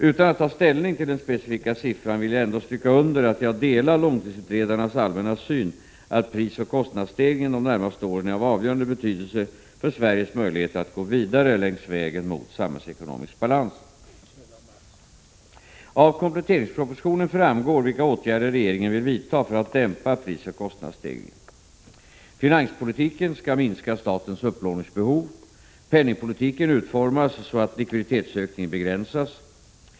Utan att ta ställning till den specifika siffran vill jag ändå stryka under att jag delar långtidsutredarnas allmänna syn att prisoch kostnadsstegringen de närmaste åren är av avgörande betydelse för Sveriges möjligheter att gå vidare längs vägen mot samhällsekonomisk balans. Av kompletteringspropositionen framgår vilka åtgärder regeringen vill vidta för att dämpa prisoch kostnadsstegringen: Finanspolitiken skall minska statens upplåningsbehov. Penningpolitiken utformas så att likviditetsökningen begränsas.